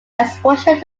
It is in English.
exposure